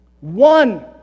One